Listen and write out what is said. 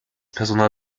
personal